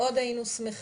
מה זה שנים רבות?